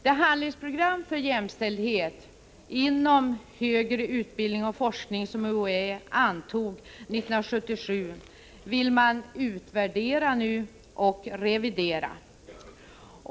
Det handlingsprogram för jämställdhet inom högre utbildning och forskning som UHÄ antog 1977 vill man nu utvärdera och revidera.